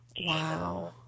wow